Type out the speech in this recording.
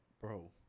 bro